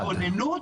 בהתכוננות,